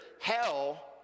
hell